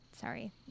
Sorry